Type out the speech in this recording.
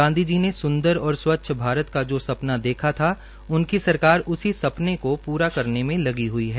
गांधी जी के स्दर और स्वच्छ भारत का जो सप्ना देखा था उनकी सरकार उसी सपने को प्रा करने में लगी हई है